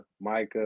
Micah